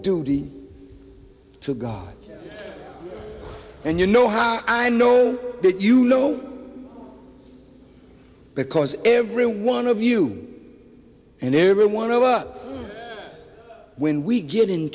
duty to god and you know how i know that you know because every one of you and every one of us when we get in